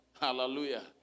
Hallelujah